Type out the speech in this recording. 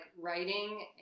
writing